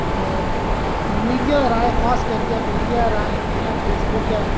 एह् मीडिया दे राहें खास करियै मीडिया राहें जि'यां फेसबुक ऐ